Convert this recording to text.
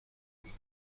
ایران